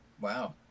Wow